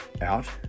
out